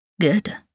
Good